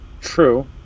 True